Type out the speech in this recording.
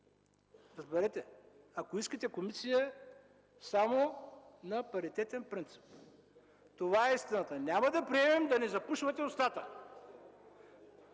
принцип! Ако искате комисия – само на паритетен принцип. Това е истината. Няма да приемем да ни запушвате устата!